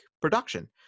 production